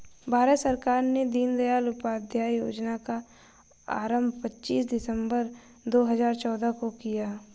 भारत सरकार ने दीनदयाल उपाध्याय योजना का आरम्भ पच्चीस सितम्बर दो हज़ार चौदह को किया